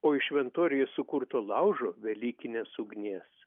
o iš šventoriuje sukurto laužo velykinės ugnies